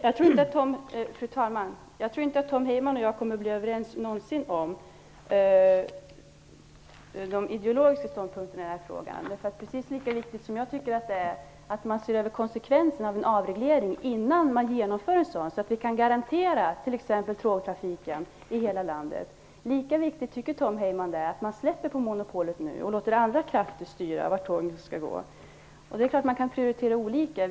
Fru talman! Jag tror inte att Tom Heyman och jag någonsin kommer att bli överens om de ideologiska ståndpunkterna i denna fråga. Precis lika viktigt som jag tycker att det är att man ser över konsekvenserna av en avreglering innan man genomför en sådan, så att vi kan garantera t.ex. tågtrafiken i hela landet, lika viktigt tycker Tom Heyman att det är att man släpper på monopolet nu och låter andra krafter styra vart tågen skall gå. Det är klart att man kan prioritera olika.